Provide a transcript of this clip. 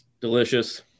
delicious